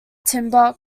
timber